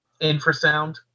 Infrasound